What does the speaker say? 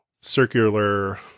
circular